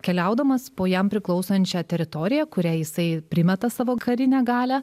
keliaudamas po jam priklausančią teritoriją kuriai jisai primeta savo karinę galią